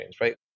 right